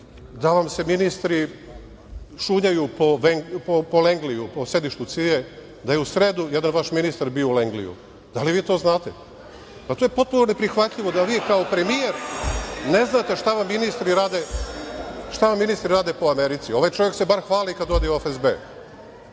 da vam se ministri šunjaju po Lengliju u sedištu CIA-e? Da je u sredu jedan vaš ministar bio u Lengliju? Da li vi to znate? Pa, to je potpuno ne prihvatljivo da vi kao premijer ne znate šta vam ministri rade po Americi. Ovaj čovek se bar hvali kada ode u